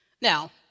Now